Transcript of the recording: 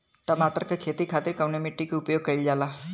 टमाटर क खेती खातिर कवने मिट्टी के उपयोग कइलजाला?